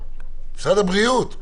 משרד הבריאות,